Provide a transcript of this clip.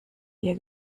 ihr